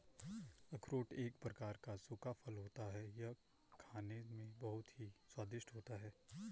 अखरोट एक प्रकार का सूखा फल होता है यह खाने में बहुत ही स्वादिष्ट होता है